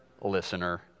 listener